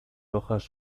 hojas